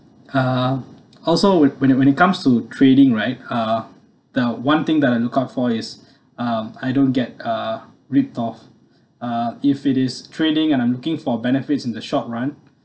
ah also when when when it comes to trading right uh the one thing that I look out for is um I don't get uh ripped off uh if it is trading and I'm looking for benefits in the short run